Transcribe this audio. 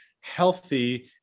healthy